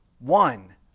one